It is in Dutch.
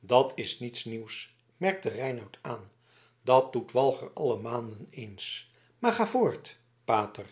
dat is niets nieuws merkte reinout aan dat doet walger alle maanden eens maar ga voort pater